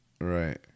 right